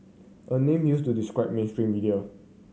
a name used to describe mainstream media